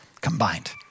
combined